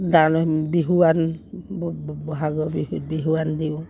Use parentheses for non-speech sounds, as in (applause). (unintelligible) বিহুৱান বহাগৰ বিহু বিহুৱান দিওঁ